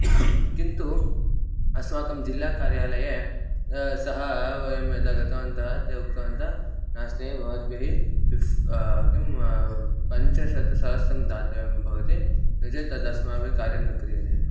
किन्तु अस्माकं जिल्लाकार्यालये सः वयं यदा गतवन्तः ते उक्तवन्तः नास्ति भवद्भिः फ़िफ़् किं पञ्चशतसहस्रं दातव्यं भवति नो चेत् तदस्माभिः कार्यं न क्रियते इति